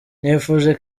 nifuje